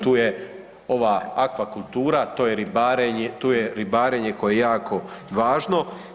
Tu je ova aquakultura, tu je ribarenje koje je jako važno.